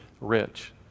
rich